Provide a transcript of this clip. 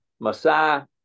Maasai